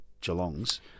Geelong's